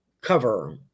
cover